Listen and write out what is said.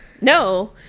no